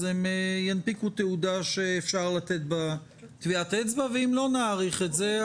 הם ינפיקו תעודה שאפשר לתת בה טביעת אצבע ואם לא נאריך את זה,